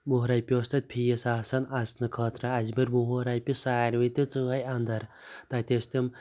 وُہ رۅپیہِ اوس تَتہِ فیٖس آسان اَژنہٕ خٲطرٕ اَسہِ بٔرۍ وُہ وُہ رۅپیہِ سارِوٕے تہٕ ژاے اَنٛدَر تَتہِ ٲسۍ تِم